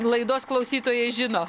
laidos klausytojai žino